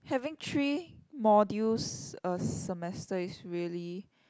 having three modules a semester is really